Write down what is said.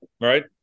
Right